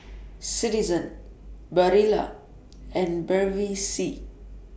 Citizen Barilla and Bevy C